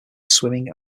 swimming